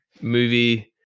Movie